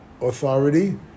authority